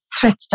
Twitter